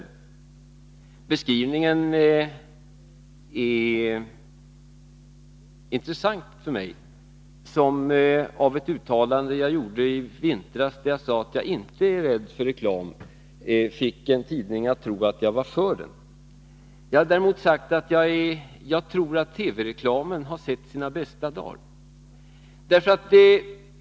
Jag tycker att den beskrivningen är intressant, särskilt med tanke på ett uttalande som jag gjorde i vintras. Jag sade då att jag inte är rädd för reklam. Men det fick en tidning att tro att jag var för reklam. Vad jag däremot sagt är att jag tror att TV-reklamen har sett sina bästa dagar.